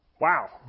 Wow